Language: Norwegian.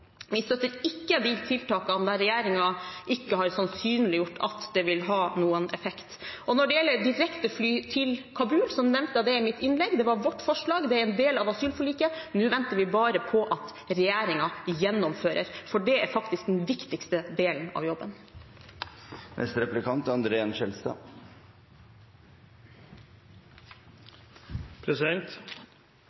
Vi støtter ikke de tiltakene der regjeringen ikke har sannsynliggjort at det vil ha noen effekt. Og når det gjelder direktefly til Kabul, nevnte jeg det i mitt innlegg. Det var vårt forslag, det er en del av asylforliket. Nå venter vi bare på at regjeringen gjennomfører – for det er faktisk den viktigste delen av jobben. Først må jeg si at jeg er